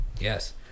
Yes